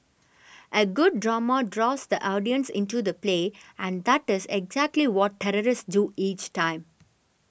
a good drama draws the audience into the play and that is exactly what terrorists do each time